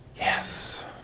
yes